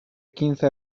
quince